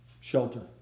Shelter